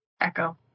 Echo